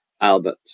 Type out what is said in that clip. albert